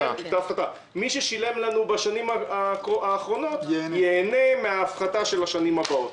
מי ששילם לנו בשנים האחרונות ייהנה מן ההפחתה של השנים הבאות.